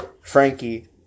Frankie